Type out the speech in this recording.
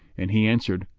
and he answered,